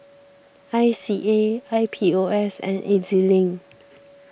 I C A I P O S and E Z Link